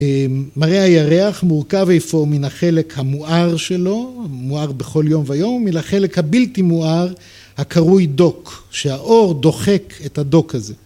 מראה הירח מורכב איפוא מן החלק המואר שלו, המואר בכל יום ויום, ומן החלק הבלתי מואר הקרוי דוק שהאור דוחק את הדוק הזה